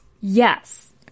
Yes